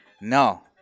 No